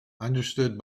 understood